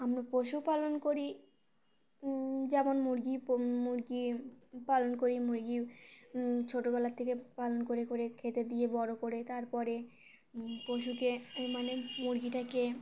আমরা পশুপালন করি যেমন মুরগি মুরগি পালন করি মুরগি ছোটবেলা থেকে পালন করে করে খেতে দিয়ে বড় করে তার পরে পশুকে মানে মুরগিটাকে